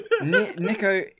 Nico